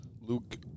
Luke